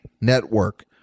Network